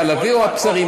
החלבי או הבשרי,